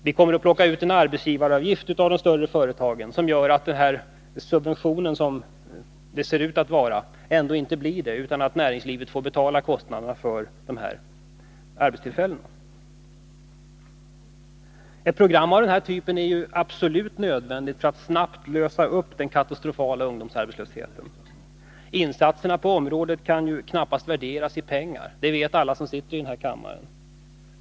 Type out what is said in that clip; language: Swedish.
Vi kommer att plocka ut en arbetsgivaravgift av de större företagen som gör att vad som ser ut att vara en subvention ändå inte blir det, utan att näringslivet får betala kostnaden för arbetstillfällena. Ett program av den här typen är absolut nödvändigt för att snabbt lösa upp den katastrofala ungdomsarbetslösheten. Insatserna på området kan knappast värderas i pengar, det vet alla som sitter här i kammaren.